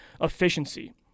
efficiency